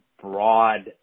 broad